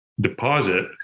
deposit